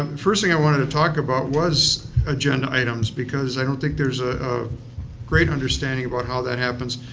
um first thing i wanted to talk about was agenda items because i don't think there's a great understanding about how that happens.